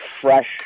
fresh